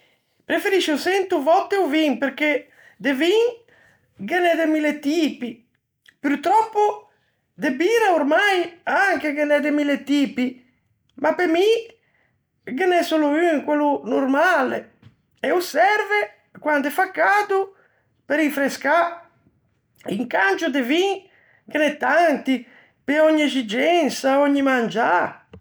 Preferiscio çento vòtte o vin, perché de vin ghe n'é de mille tipi. Purtròppo de bira ormai anche ghe n'é de mille tipi, ma pe mi ghe n'é solo un, quello normale. E o serve, quande fa cado, pe rinfrescâ. In cangio de vin ghe n'é tanti, pe ògni exigensa, ògni mangiâ.